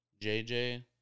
jj